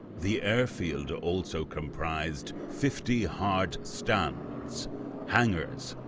the airfield also comprised fifty hardstands. hangars,